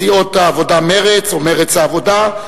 סיעות העבודה ומרצ, או מרצ והעבודה,